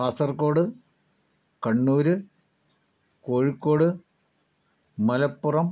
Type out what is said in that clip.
Kasaragod Kannur Kozhikode Malappuram